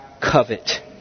covet